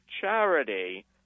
charity